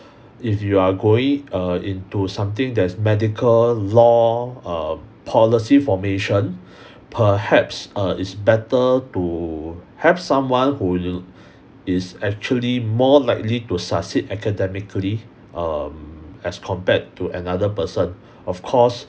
if you are going err into something that's medical law err policy formation perhaps err it's better to have someone who will is actually more likely to succeed academically um as compared to another person of course